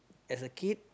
as a kid